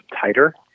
tighter